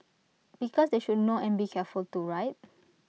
because they should know and be careful too right